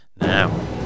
Now